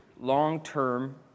long-term